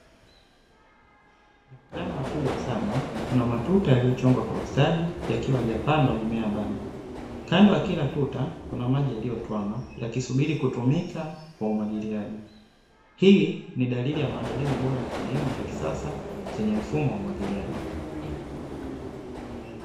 Ni shamba kubwa sana, kuna matuta yaliyochongwa kwa ustadi yakiwa hayajapandwa mimea bado. Kando ya kila tuta kuna maji yaliyotuama, yakisubiri kutumika kwa umwagiliaji. Hii ni dalili ya maandalizi bora ya kilimo cha kisasa, chenye mfumo wa umwagiliaji.